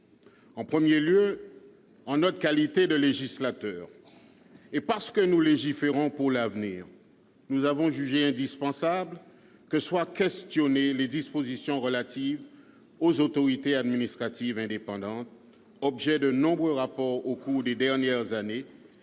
brièvement. En notre qualité de législateur et parce que nous légiférons pour l'avenir, nous avons tout d'abord jugé indispensable que soient questionnées les dispositions relatives aux autorités administratives indépendantes, objets de nombreux rapports au cours des dernières années